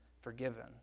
forgiven